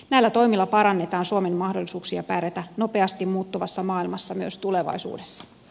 näillä toimilla parannetaan suomen mahdollisuuksia pärjätä nopeasti muuttuvassa maailmassa myös tulevaisuudessa